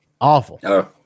Awful